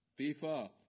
FIFA